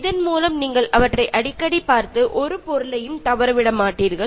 இதன்மூலம் நீங்கள் அவற்றை அடிக்கடி பார்த்து ஒரு பொருளையும் தவறவிட மாட்டீர்கள்